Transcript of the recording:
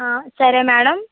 ఆ సరే మేడం